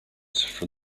from